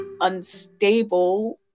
unstable